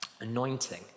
Anointing